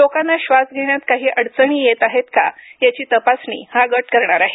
लोकांना श्वास घेण्यात काही अडचणी येत आहेत का याची तपासणी हा गट करणार आहे